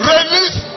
Release